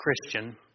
Christian